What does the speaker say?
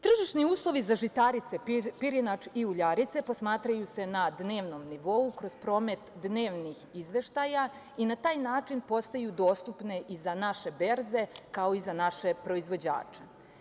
Tržišni uslovi za žitarice, pirinač i uljarice, posmatraju se na dnevnom nivou, kroz promet dnevnih izveštaja i na taj način postaju dostupne i za naše berze, kao i za naše proizvođače.